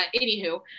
anywho